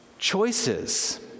Choices